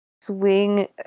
swing